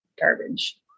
garbage